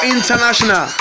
International